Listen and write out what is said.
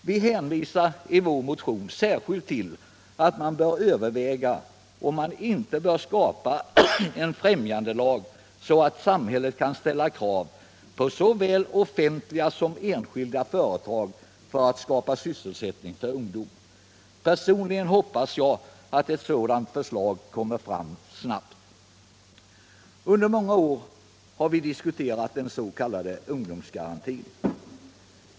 Vi hänvisar i vår motion särskilt till att det bör övervägas om man inte skall skapa en främjandelag, så att samhället kan ställa krav på såväl offentliga som enskilda företag att skapa sysselsättning för ungdom. Personligen hoppas jag att ett sådant förslag kommer fram snabbt. Under många år har vi diskuterat den s.k. ungdomsgarantin.